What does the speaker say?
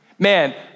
Man